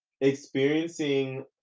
experiencing